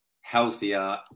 healthier